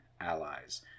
allies